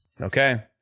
Okay